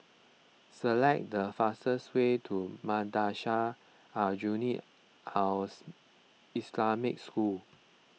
select the fastest way to Madrasah Aljunied Al Islamic School